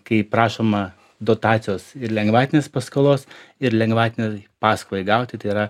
kai prašoma dotacijos ir lengvatinės paskolos ir lengvatinei paskolai gauti tai yra